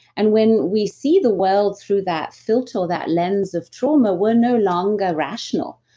and when we see the world through that filter, that lens of trauma, we're no longer rational.